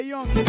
Young